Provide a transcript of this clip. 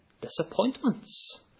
disappointments